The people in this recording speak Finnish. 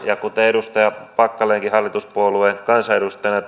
kuten edustaja packalenkin hallituspuolueen kansanedustajana